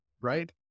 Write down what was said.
right